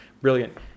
brilliant